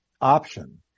option